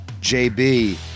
JB